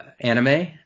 anime